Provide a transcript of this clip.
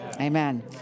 Amen